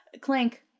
Clank